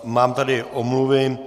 Mám tady omluvy.